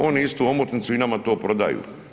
Oni istu omotnicu i nama to prodaju.